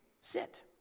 sit